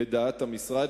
לדעת המשרד,